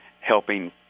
helping